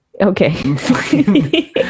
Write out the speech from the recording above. Okay